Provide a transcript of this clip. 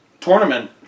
tournament